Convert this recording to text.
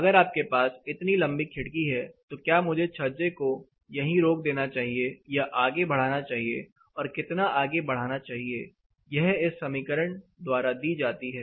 अगर आपके पास इतनी लंबी खिड़की है तो क्या मुझे छज्जे को यहीं रोक देना चाहिए या आगे बढ़ाना चाहिए और कितना आगे बढ़ाना चाहिए यह इस समीकरण द्वारा दी जाती है